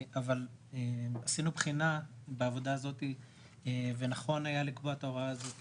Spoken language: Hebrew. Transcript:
אבל עשינו בחינה בעבודה הזאת ונכון היה לקבוע את ההוראה הזאת